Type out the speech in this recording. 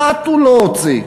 אחת הוא לא הוציא.